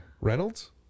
Reynolds